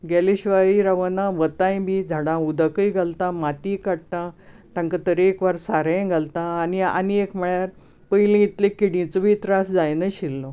गेले शिवायय रावना वताय बी झाडांक उदकय घालतां माती काडटा तांका तरेकवार सारेंय घालतां आनी एक म्हळ्यार पयलीं किडींचो बी त्राय जायनासलो